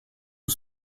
who